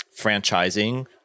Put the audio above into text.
franchising